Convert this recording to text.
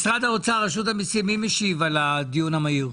משרד האוצר, רשות המיסים, מי משיב על הדיון המהיר?